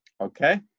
Okay